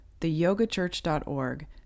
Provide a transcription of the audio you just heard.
theyogachurch.org